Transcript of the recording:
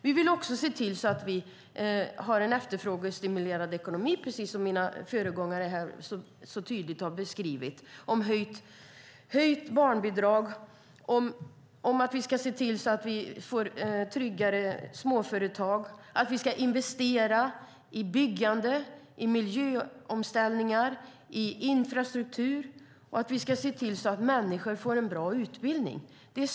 Vi vill också ha en efterfrågestimulerad ekonomi, precis som mina kolleger tydligt beskrivit. Vi vill ha höjt barnbidrag och tryggare småföretag. Vi ska investera i byggande, miljöomställning och infrastruktur. Vi ska också se till att människor får en bra utbildning.